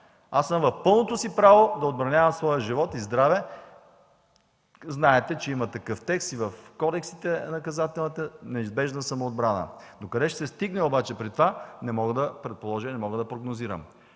Аз съм в пълното си право да отбранявам своя живот и здраве. Знаете, че има такъв текст в Наказателния кодекс – за неизбежната самоотбрана. Докъде ще стигнем обаче при това, не мога да предположа